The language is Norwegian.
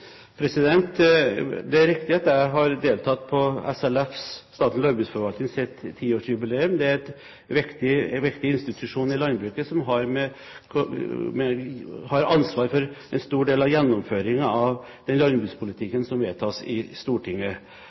Det er riktig at jeg har deltatt på 10-årsjubileet til Statens landbruksforvaltning, SLF. Det er en viktig institusjon i landbruket, som har ansvar for en stor del av gjennomføringen av den landbrukspolitikken som vedtas i Stortinget.